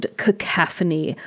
cacophony